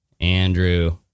Andrew